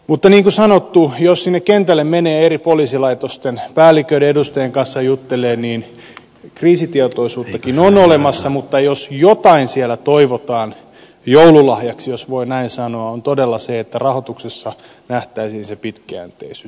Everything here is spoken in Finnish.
mutta niin kuin sanottu jos sinne kentälle menee eri poliisilaitosten päälliköiden edustajien kanssa juttelemaan niin kriisitietoisuuttakin on olemassa mutta jos jotain siellä toivotaan joululahjaksi jos voi näin sanoa niin se on todella se että rahoituksessa nähtäisiin pitkäjänteisyys